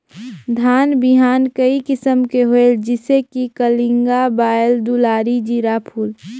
धान बिहान कई किसम के होयल जिसे कि कलिंगा, बाएल दुलारी, जीराफुल?